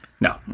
No